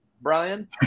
Brian